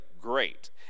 great